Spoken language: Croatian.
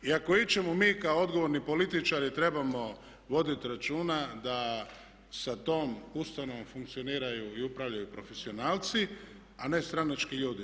I ako ičemu mi kao odgovorni političari trebamo voditi računa da sa tom ustanovom funkcioniraju i upravljaju profesionalci a ne stranački ljudi.